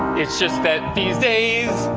it's just that these days,